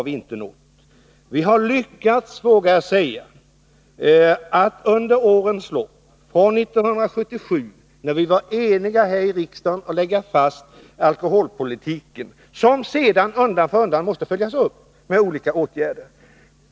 Vi var 1977 eniga om att här i riksdagen lägga fast principerna för alkoholpolitiken, som sedan undan för undan har måst följas upp med olika åtgärder.